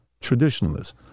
Traditionalists